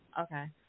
Okay